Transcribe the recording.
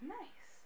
nice